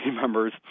members